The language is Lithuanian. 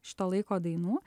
šito laiko dainų